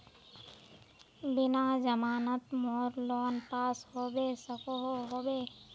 बिना जमानत मोर लोन पास होबे सकोहो होबे?